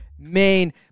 main